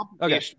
okay